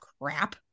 crap